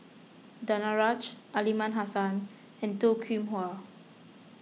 Danaraj Aliman Hassan and Toh Kim Hwa